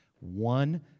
One